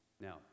Now